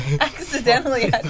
Accidentally